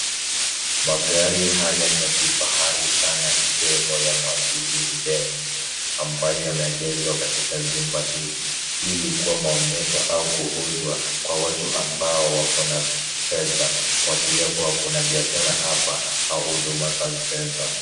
Magari haya ni ya kifahari sana ikiwemo maceedez benz , ambayo yameegeshwa katika jumba hili, ili kuwa maonyesho na kuuzwa kwa watu ambao wako na fedha, kuashiria kuwa kuna bioashara hapa au huduma za fedha.